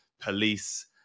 police